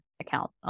account